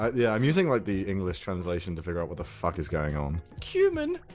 ah yeah, i'm using like the english translation to figure out what the fuck is going on cumin!